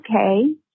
okay